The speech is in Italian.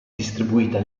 distribuita